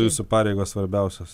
jūsų pareigos svarbiausios